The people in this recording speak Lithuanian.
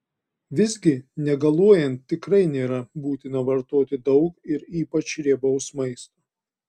visgi negaluojant tikrai nėra būtina vartoti daug ir ypač riebaus maisto